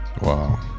Wow